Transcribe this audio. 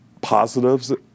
positives